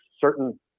certain